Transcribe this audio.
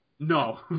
No